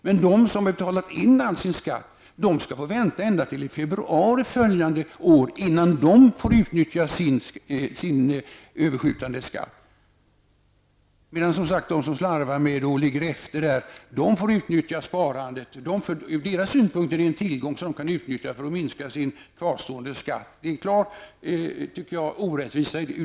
Men de som har betalat in all sin skatt skall få vänta ända till i februari följande år innan de får utnyttja sin överskjutande skatt. De som ligger efter får som sagt utnyttja de pengar de skulle ha betalat in som tvångssparande redan nu för att minska sin kvarstående skatt. Det är en klar orättvisa.